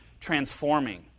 transforming